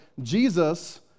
Jesus